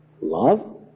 love